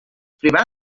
privats